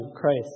Christ